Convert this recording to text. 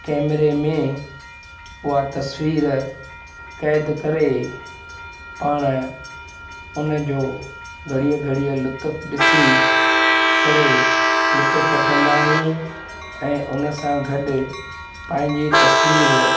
कैमरे में उहा तस्वीरु क़ैद करे पाण उनजो घड़ीअ घड़ीअ लुत्फु ॾिसी करे लुत्फु वठंदा आहियूं ऐं उनसां गॾु पंहिंजी तस्वीरु